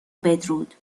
بدرود